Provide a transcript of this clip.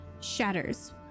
shatters